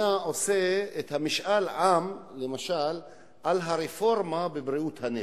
עושה את משאל העם על הרפורמה בבריאות הנפש.